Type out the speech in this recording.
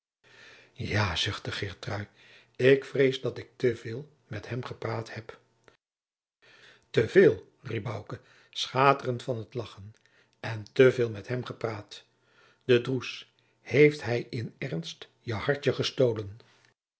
ja zuchtte geertrui ik vrees dat ik te veel met hem gepraat heb te veel riep bouke schaterend van lagchen en te veel met hem gepraat de droes heeft hij in ernst je hartje gestolen